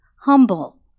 humble